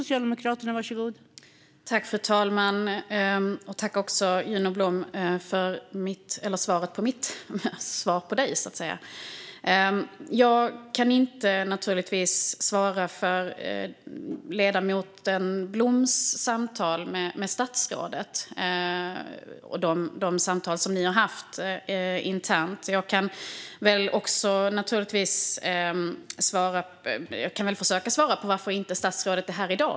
Fru talman! Jag tackar Juno Blom för svaret på min replik. Jag kan naturligtvis inte svara för ledamoten Bloms interna samtal med statsrådet. Jag kan dock försöka svara på varför statsrådet inte är här i dag.